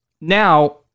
Now